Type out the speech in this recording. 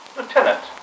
Lieutenant